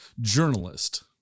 journalist